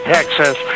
Texas